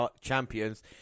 champions